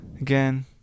Again